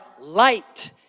light